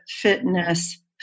fitness